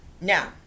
now